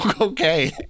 Okay